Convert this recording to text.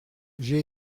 j’ai